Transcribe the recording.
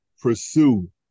Pursue